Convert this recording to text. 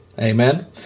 Amen